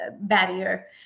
barrier